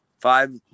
Five